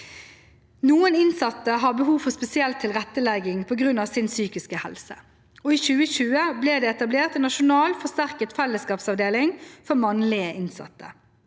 Noen innsatte har behov for spesiell tilrettelegging på grunn av sin psykiske helse, og i 2020 ble det etablert en nasjonal forsterket fellesskapsavdeling for mannlige innsatte.